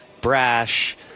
Brash